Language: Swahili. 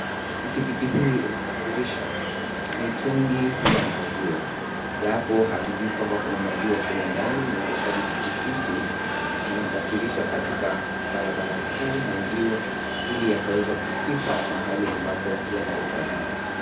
Pikipiki hii inasafirisha mitungi ya maziwa. Japo hatujui kwamba kuna maziwa pale ndani, mwendezaji pikipiki anasafirisha katika barabara kuu maziwa ili yakaweza kufika mahali ambapo yanahitajika.